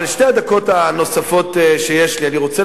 אבל את שתי הדקות הנוספות שיש לי אני רוצה